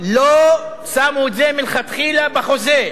לא שמו את זה מלכתחילה בחוזה,